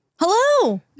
Hello